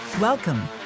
Welcome